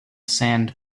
sand